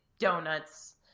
donuts